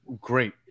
great